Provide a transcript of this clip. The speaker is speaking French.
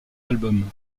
albums